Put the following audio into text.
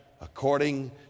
according